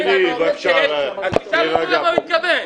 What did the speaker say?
אז תשאל את הכלכלן למה הוא התכוון.